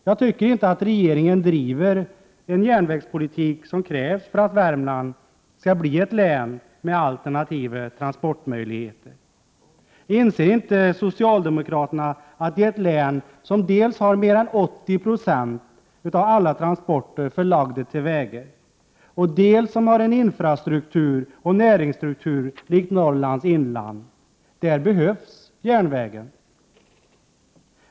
Jag tycker inte att regeringen driver den järnvägspolitik som krävs för att Värmland skall bli ett län med alternativa transportmöjligheter. Inser inte socialdemokraterna att det i ett län som dels har mer än 80 96 av alla transporter förlagda till vägar, dels har en infrastruktur och en näringsstruktur som liknar den i Norrlands inland behövs en järnväg.